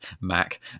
mac